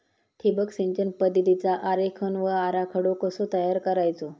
ठिबक सिंचन पद्धतीचा आरेखन व आराखडो कसो तयार करायचो?